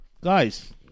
Guys